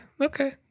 Okay